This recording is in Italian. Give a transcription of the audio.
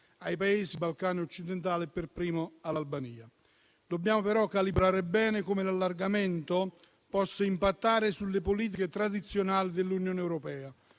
ai Paesi dei Balcani occidentali e per primo all'Albania. Dobbiamo però calibrare bene come l'allargamento possa impattare sulle politiche tradizionali dell'Unione europea,